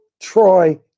Troy